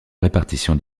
répartition